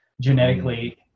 genetically